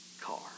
car